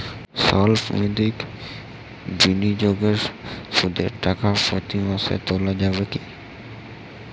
সল্প মেয়াদি বিনিয়োগে সুদের টাকা প্রতি মাসে তোলা যাবে কি?